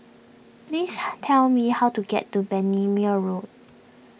please tell me how to get to Bendemeer Road